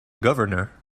governor